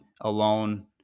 alone